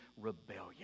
rebellion